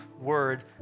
word